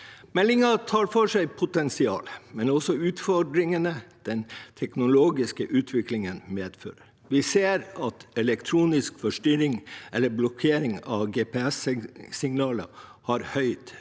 Meldingen tar for seg potensialet, men også utfordringene som den teknologiske utviklingen medfører. Vi ser at elektronisk forstyrring, eller blokkering av GPSsignaler, har et høyt